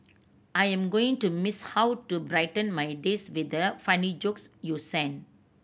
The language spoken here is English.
I am going to miss how you brighten my days with the funny jokes you sent